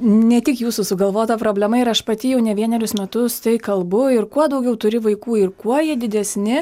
ne tik jūsų sugalvota problema ir aš pati jau ne vienerius metus tai kalbu ir kuo daugiau turi vaikų ir kuo jie didesni